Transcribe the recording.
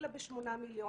שהתחילה ב-8 מיליון,